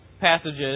passages